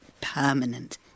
permanent